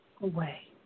away